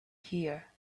here